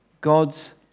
God's